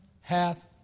hath